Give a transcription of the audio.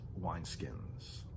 wineskins